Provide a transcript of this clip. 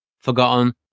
forgotten